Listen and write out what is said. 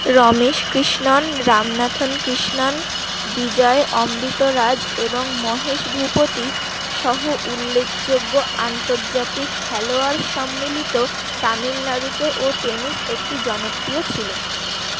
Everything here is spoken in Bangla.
রমেশ কৃষ্ণন রামনাথন কৃষ্ণন বিজয় অমৃত রাজ এবং মহেশ ভূপতি সহ উল্লেখযোগ্য আন্তর্জাতিক খেলোয়াড় সম্মিলিত তামিলনাড়ুতে ও টেনিস একটি জনপ্রিয় খেলা ছিল